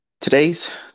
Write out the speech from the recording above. Today's